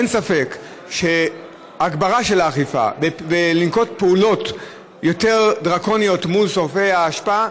אין ספק שהגברה של האכיפה ונקיטת פעולות יותר דרקוניות נגד שורפי האשפה,